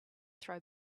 throw